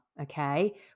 Okay